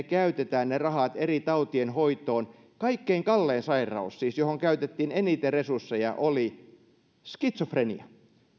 käytetään ne rahat eri tautien hoitoon kaikkein kallein sairaus siis johon käytettiin eniten resursseja oli skitsofrenia